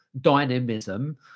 dynamism